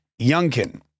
Youngkin